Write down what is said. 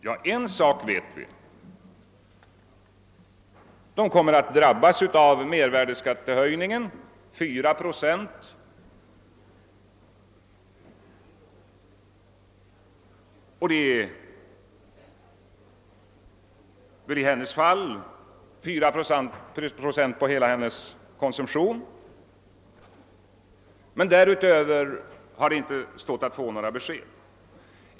Ja, en sak vet vi: de kommer att drabbas av mervärdeskattehöjningen på 4 procent, och i den här kvinnans fall blir det 4 procent på hela konsumtionen. För övrigt har det inte gått att få några besked.